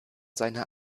seiner